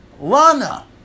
Lana